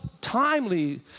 timely